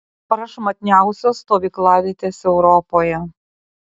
prašmatniausios stovyklavietės europoje